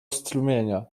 strumienia